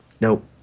nope